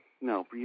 no